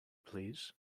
please